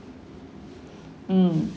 mm